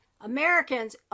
Americans